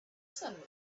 sun